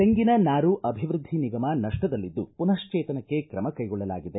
ತೆಂಗಿನ ನಾರು ಅಭಿವ್ಯದ್ಲಿ ನಿಗಮ ನಷ್ಟದಲ್ಲಿದ್ದು ಮನಷ್ಟೇತನಕ್ಕೆ ಕ್ರಮ ಕೈಗೊಳ್ಳಲಾಗಿದೆ